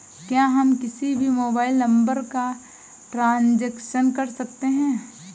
क्या हम किसी भी मोबाइल नंबर का ट्रांजेक्शन कर सकते हैं?